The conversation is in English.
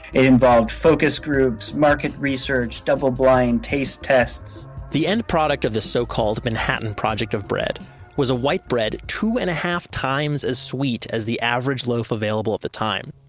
it involved focus groups, market research, double blind taste tests, the end product of the so called manhattan project of bread was a white bread two and a half times as sweet as the average loaf available at the time,